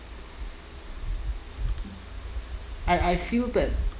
I I feel that